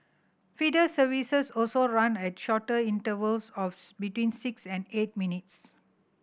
feeder services also run at shorter intervals of between six and eight minutes